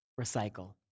recycle